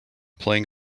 playing